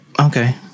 okay